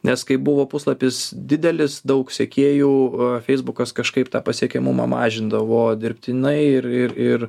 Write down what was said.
nes kai buvo puslapis didelis daug sekėjų feisbukas kažkaip tą pasiekiamumą mažindavo dirbtinai ir ir ir